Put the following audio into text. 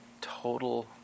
total